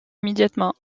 immédiatement